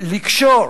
לקשור